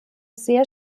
sehr